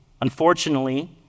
unfortunately